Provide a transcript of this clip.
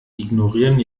ignorieren